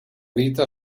vita